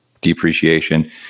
depreciation